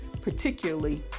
particularly